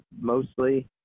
mostly